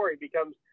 becomes